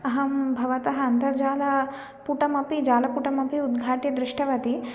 अहं भवतः अन्तर्जालपुटम् अपि जालपुटम् अपि उद्घाट्य दृष्टवती